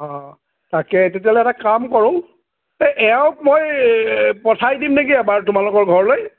অঁ তাকে তেতিয়াহ'লে এটা কাম কৰোঁ এই এওঁক মই পঠাই দিম নেকি এবাৰ তোমালোকৰ ঘৰলৈ